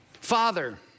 Father